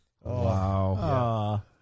wow